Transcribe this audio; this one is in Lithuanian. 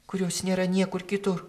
kurios nėra niekur kitur